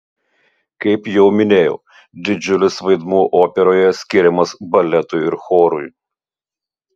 kaip jau minėjau didžiulis vaidmuo operoje skiriamas baletui ir chorui